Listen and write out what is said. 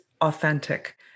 authentic